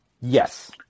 Yes